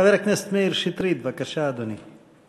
חבר הכנסת מאיר שטרית, בבקשה, אדוני.